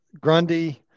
Grundy